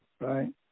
right